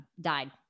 died